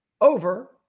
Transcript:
over